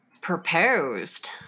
proposed